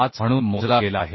5 म्हणून मोजला गेला आहे